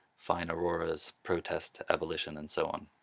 fine auroras, protest abolition and so on.